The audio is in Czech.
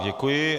Děkuji.